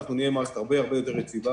אנחנו נהיה מערכת הרבה הרבה יותר יציבה